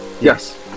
Yes